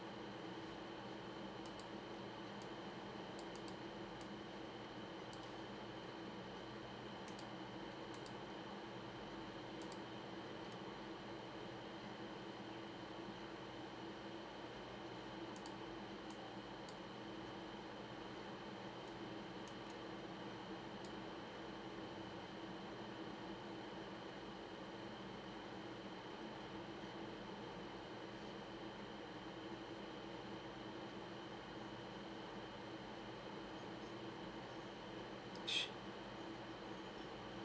shh